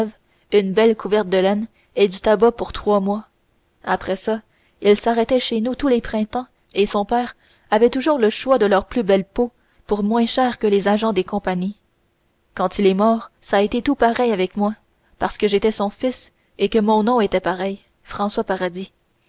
une belle couverte de laine et du tabac pour trois mois après ça ils s'arrêtaient chez nous tous les printemps et mon père avait toujours le choix de leurs plus belles peaux pour moins cher que les agents des compagnies quand il est mort ç'a été tout pareil avec moi parce que j'étais son fils et que mon nom était pareil françois paradis